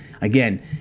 again